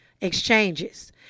exchanges